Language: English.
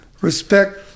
Respect